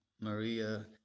maria